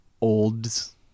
olds